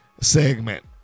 segment